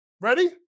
Ready